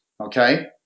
okay